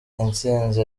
intsinzi